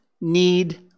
need